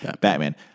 Batman